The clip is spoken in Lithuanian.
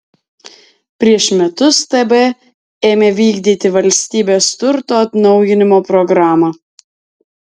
prieš metus tb ėmė vykdyti valstybės turto atnaujinimo programą